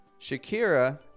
Shakira